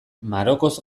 marokoz